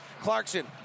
Clarkson